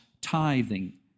tithing